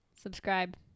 subscribe